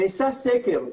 נעשה סקר,